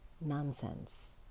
nonsense